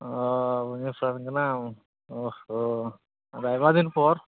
ᱚ ᱵᱷᱩᱵᱽᱱᱮᱥᱥᱚᱨ ᱨᱮᱱ ᱠᱟᱱᱟᱢ ᱳᱦ ᱦᱳ ᱟᱭᱢᱟ ᱫᱤᱱ ᱯᱚᱨ